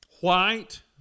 White